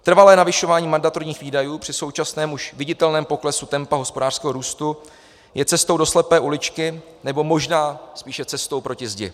Trvalé navyšování mandatorních výdajů při současném už viditelném poklesu tempa hospodářského růstu je cestou do slepé uličky, nebo možná spíše cestou proti zdi.